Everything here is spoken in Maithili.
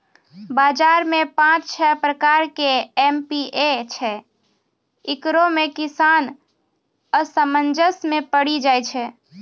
बाजार मे पाँच छह प्रकार के एम.पी.के छैय, इकरो मे किसान असमंजस मे पड़ी जाय छैय?